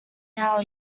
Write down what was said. now